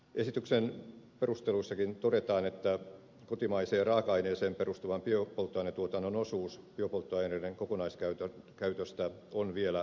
esityksen perusteluissakin todetaan että kotimaiseen raaka aineeseen perustuvan biopolttoainetuotannon osuus biopolttoaineiden kokonaiskäytöstä on vielä vaatimatonta